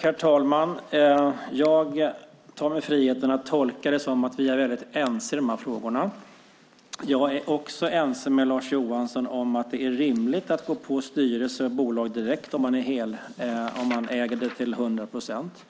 Herr talman! Jag tar mig friheten att göra tolkningen att vi är väldigt ense i de här frågorna. Jag är också ense med Lars Johansson om att det är rimligt att gå på styrelse och bolag direkt om det är ett hundraprocentigt